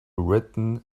written